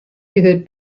gehört